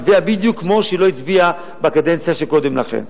מצביעה בדיוק ההיפך ממה שהצביעה בקדנציה קודם לכן.